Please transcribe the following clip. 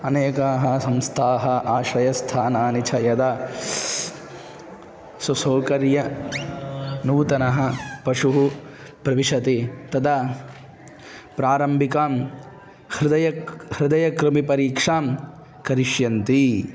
अनेकाः संस्थाः आश्रयस्थानानि च यदा सुसौकर्यनूतनः पशुः प्रविशति तदा प्रारम्भिकां हृदयक् हृदयकृमिपरीक्षां करिष्यन्ति